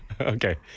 Okay